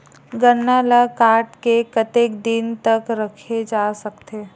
गन्ना ल काट के कतेक दिन तक रखे जा सकथे?